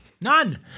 None